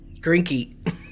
Grinky